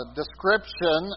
description